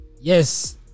yes